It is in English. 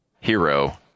hero